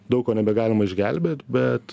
daug ko nebegalima išgelbėt bet